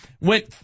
went